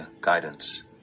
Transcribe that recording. guidance